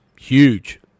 huge